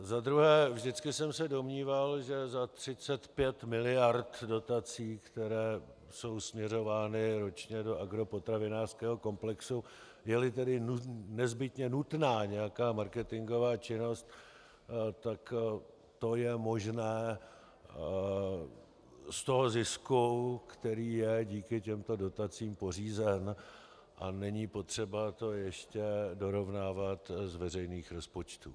Za druhé, vždycky jsem se domníval, že za 35 miliard dotací, které jsou směřovány ročně do agropotravinářského komplexu, jeli tedy nezbytně nutná nějaká marketingová činnost, tak to je možné z toho zisku, který je díky těmto dotacím pořízen, a není potřeba to ještě dorovnávat z veřejných rozpočtů.